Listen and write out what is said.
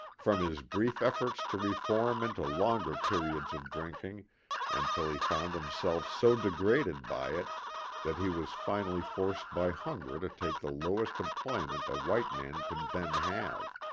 from his brief efforts to reform into longer periods of drinking until he found him self so degraded by it that he was finally forced by hunger to take the lowest employment a white man could then have